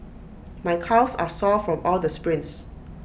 my calves are sore from all the sprints